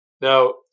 now